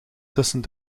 tussen